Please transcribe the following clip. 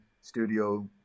studio